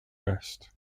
rest